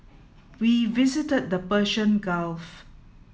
we visited the Persian Gulf